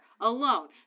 alone